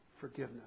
forgiveness